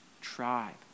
Tribe